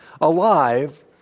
alive